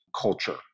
culture